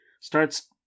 starts